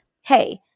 hey